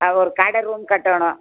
ஆ ஒரு கடை ரூம் கட்டணும்